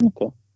Okay